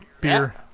Beer